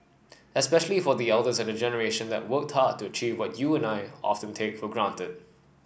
especially for the elder and the generation that worked hard to achieve what you and I often take for granted